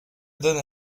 donne